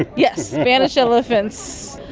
yes, spanish elephants.